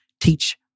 teach